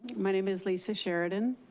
my name is lisa sheridan.